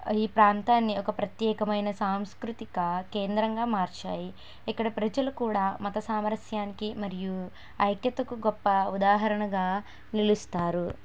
ఈ ప్రాంతాన్ని ఒక ప్రత్యేకమైన సాంస్కృతిక కేంద్రంగా మార్చాయి ఇక్కడ ప్రజలు కూడా మత సామరస్యానికి మరియు ఐక్యతకు గొప్ప ఉదాహరణగా నిలుస్తారు